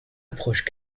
approche